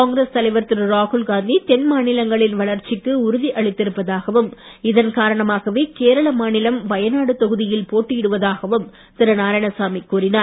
காங்கிரஸ் தலைவர் திரு ராகுல்காந்தி தென்மாநிலங்களின் வளர்ச்சிக்கு உறுதி அளித்திருப்பதாகவும் இதன் காரணமாகவே தொகுதியில் போட்டியிடுவதாகவும் திரு நாராயணசாமி கூறினார்